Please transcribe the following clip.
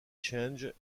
change